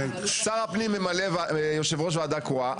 שר הפנים ממנה יושב ראש ועדה קרואה,